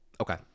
Okay